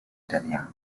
iranià